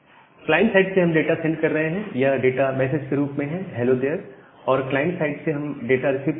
client side से हम data send कर रहे हैं यह डाटा इस मैसेज के रूप में है " हैलो देयर" और क्लाइंट साइड से हम डाटा रिसीव कर रहे हैं